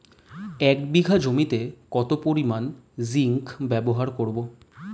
এক বিঘা জমিতে কত পরিমান জিংক ব্যবহার করব?